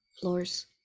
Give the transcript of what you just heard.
floors